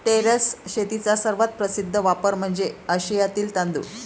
terrace शेतीचा सर्वात प्रसिद्ध वापर म्हणजे आशियातील तांदूळ